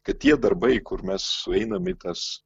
kad tie darbai kur mes sueinam į tas